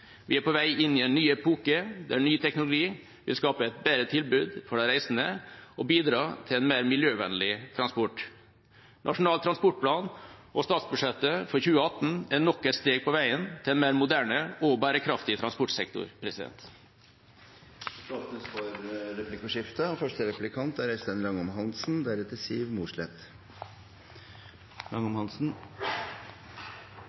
Vi er på vei inn i en ny epoke, der ny teknologi vil skape et bedre tilbud for de reisende og bidra til en mer miljøvennlig transport. Nasjonal transportplan og statsbudsjettet for 2018 er nok et steg på veien til en mer moderne og bærekraftig transportsektor. Det blir replikkordskifte. Representanten Orten snakker gjerne om ny teknologi, om satsing på bredbånd og nevner at vi er